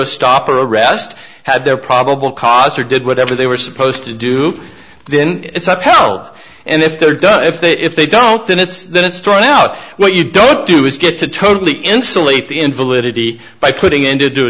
a stop or a rest had their probable cause or did whatever they were supposed to do then it's up held and if they're done if they if they don't then it's that story out what you don't do is get to totally insulate the invalidity by putting in to